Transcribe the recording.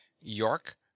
york